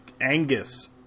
Angus